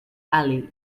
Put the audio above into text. alley